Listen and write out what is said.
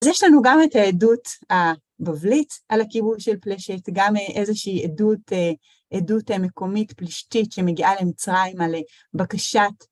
אז יש לנו גם את העדות הבבלית על הכיבוש של פלשת, גם איזושהי עדות מקומית פלשתית שמגיעה למצרים על בקשת